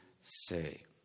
say